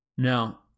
now